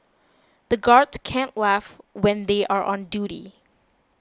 the guards can't laugh when they are on duty